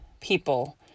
people